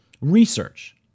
Research